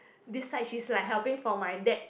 decide she's like helping for my dad